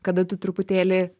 kada tu truputėlį